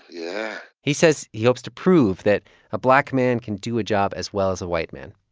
yeah he says he hopes to prove that a black man can do a job as well as a white man.